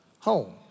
home